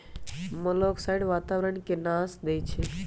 मोलॉक्साइड्स वातावरण के नाश देई छइ